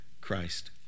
Christ